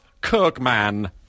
Kirkman